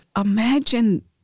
imagine